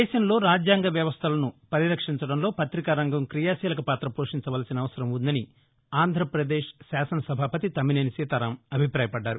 దేశంలో రాజ్యంగ వ్యవస్థలను పరిరక్షించడంలో ప్రతికా రంగం క్రియాశీలక పాత పోషించవలసిన అవసరం వుందని ఆంధ్రపదేశ్ శాసనసభాపతి తమ్మినేని సీతారాం అభిప్రాయపడ్డారు